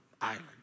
island